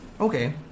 Okay